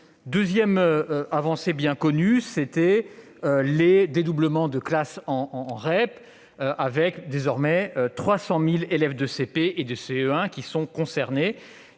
Deuxième avancée, bien connue : le dédoublement de classes en REP. Désormais, 300 000 élèves de CP et de CE1 sont concernés.